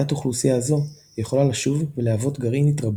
תת-אוכלוסייה זו יכולה לשוב ולהוות גרעין התרבות,